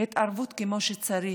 התערבות כמו שצריך,